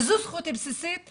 וזו זכותי הבסיסית,